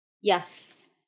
Yes